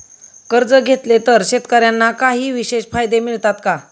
कर्ज घेतले तर शेतकऱ्यांना काही विशेष फायदे मिळतात का?